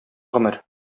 гомер